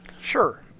Sure